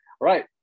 right